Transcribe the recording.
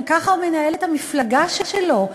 אם ככה הוא מנהל את המפלגה שלו,